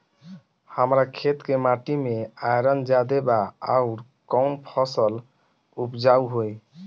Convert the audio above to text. हमरा खेत के माटी मे आयरन जादे बा आउर कौन फसल उपजाऊ होइ?